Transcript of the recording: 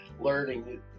learning